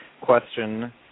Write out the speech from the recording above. question